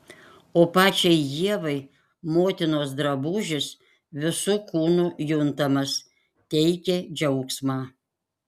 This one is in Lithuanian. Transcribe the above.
o pačiai ievai motinos drabužis visu kūnu juntamas teikė džiaugsmą